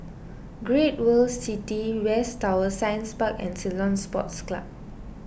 Great World City West Tower Science Park and Ceylon Sports Club